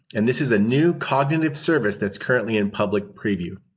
and this is a new cognitive service that's currently in public preview.